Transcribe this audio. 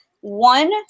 One